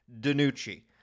DiNucci